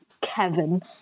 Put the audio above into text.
Kevin